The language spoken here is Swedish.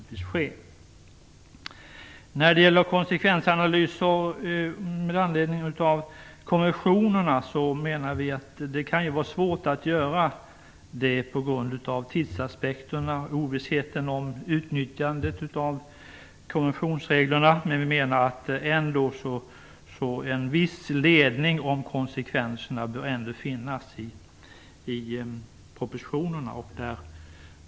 Vi menar att det kan vara svårt att göra konsekvensanalyser med anledning av konventionerna på grund av tidsaspekterna och ovissheten om utnyttjandet av konventionsreglerna. Vi menar ändå att en viss ledning om konsekvenserna bör finnas i propositionerna.